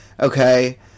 Okay